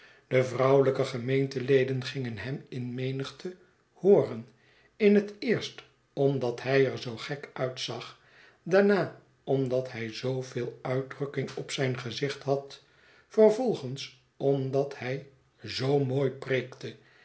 de vrouwelijke gemeenteleden gingen hem in menigte hooren in het eerst omdat hij er zoogek uitzag daarna omdat hij zoo veel uitdrukking op zijn gezicht had vervolgens omdat hij zoo mooi preekte